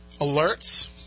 alerts